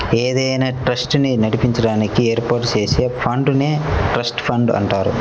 ఏదైనా ట్రస్ట్ ని నడిపించడానికి ఏర్పాటు చేసే ఫండ్ నే ట్రస్ట్ ఫండ్ అంటారు